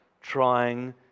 trying